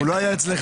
הוא לא היה אצלך.